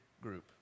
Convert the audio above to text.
group